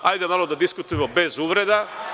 Hajde, malo da diskutujemo bez uvreda.